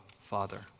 Father